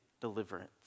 deliverance